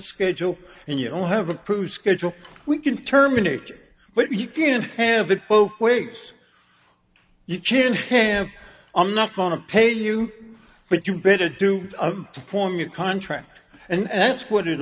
schedule and you don't have approved schedule we can terminate but you can't have it both ways you can have i'm not gonna pay you but you better do to form your contract and that's what it